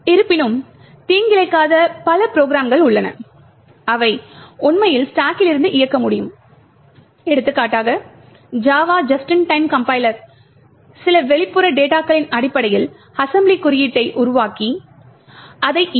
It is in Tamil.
இருப்பினும் தீங்கிழைக்காத பல ப்ரோகிராம்கள் உள்ளன அவை உண்மையில் ஸ்டாக்கிலிருந்து இயக்க வேண்டும் எடுத்துக்காட்டாக JAVA Just In Time compiler சில வெளிப்புற டேட்டாகளின் அடிப்படையில் அசெம்பிளி குறியீட்டை உருவாக்கி அதை இயக்கும்